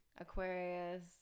Aquarius